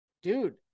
Dude